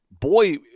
boy